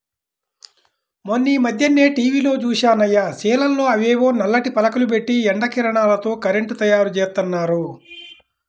మొన్నీమధ్యనే టీవీలో జూశానయ్య, చేలల్లో అవేవో నల్లటి పలకలు బెట్టి ఎండ కిరణాలతో కరెంటు తయ్యారుజేత్తన్నారు